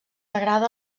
agrada